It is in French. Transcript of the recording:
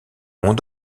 mont